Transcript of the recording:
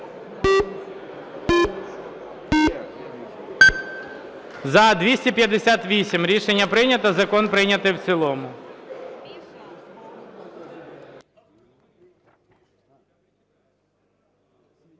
За-258 Рішення прийнято. Закон прийнятий в цілому.